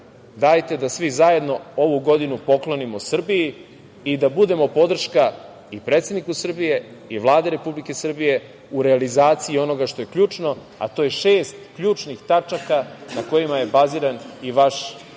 Dajte da svi zajedno ovu godinu poklonimo Srbiji i da budemo podrška i predsedniku Srbije i Vladi Republike Srbije u realizaciji onoga što je ključno, a to je šest ključnih tačaka na kojima je baziran i vaš